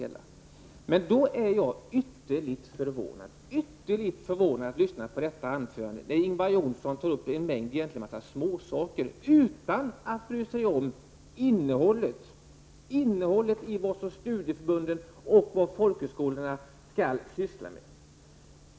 Därför blev jag ytterligt förvånad när jag lyssnade på detta anförande, där Ingvar Johnsson tog upp en mängd småsaker utan att bry sig om innehållet i det som studieförbunden och folkhögskolorna skall syssla med.